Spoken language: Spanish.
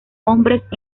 hombres